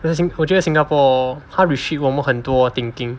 我觉得我觉得 singapore hor 他 restrict 我们很多 thinking